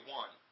one